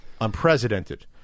Unprecedented